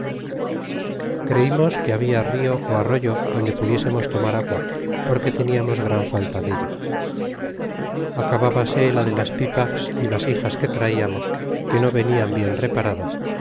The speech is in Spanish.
creimos que habla rio arroyo donde pudiesemos tomar agua porque tentamos gran falta della acabbase la de las pipas y basijasque traiamomme venian bien reparadas